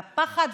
והפחד.